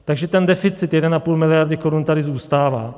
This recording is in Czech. Takže ten deficit 1,5 miliardy korun tady zůstává.